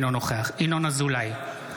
אינו נוכח ינון אזולאי,